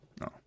No